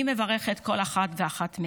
אני מברכת כל אחת ואחת.